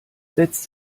setzt